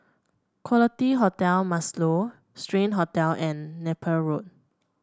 Quality Hotel Marlow Strand Hotel and Napier Road